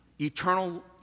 eternal